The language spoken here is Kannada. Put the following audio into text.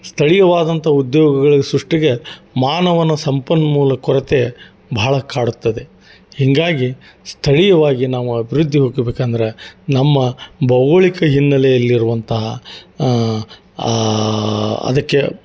ಸ್ಥಳೀಯವಾದಂಥ ಉದ್ಯೋಗಗಳ ಸೃಷ್ಟಿಗೆ ಮಾನವನ ಸಂಪನ್ಮೂಲ ಕೊರತೆ ಭಾಳ ಕಾಡುತ್ತದೆ ಹೀಗಾಗಿ ಸ್ಥಳೀಯವಾಗಿ ನಾವು ಅಬಿವೃದ್ಧಿ ಹುಡ್ಕೊಬೇಕಂದ್ರೆ ನಮ್ಮ ಭೌಗೋಳಿಕ ಹಿನ್ನೆಲೆಯಲ್ಲಿರುವಂತಹ ಅದಕ್ಕೆ